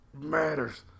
matters